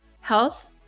health